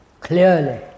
clearly